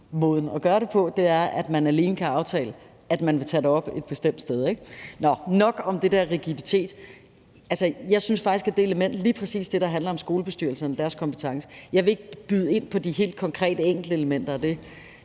altså at man alene kan aftale, at man vil tage det op et bestemt sted. Nå, nok om det der rigiditet. Jeg synes faktisk, at der er noget i det element, der handler om lige præcis skolebestyrelserne og deres kompetence – jeg vil ikke byde ind på de helt konkrete enkeltelementer. Jeg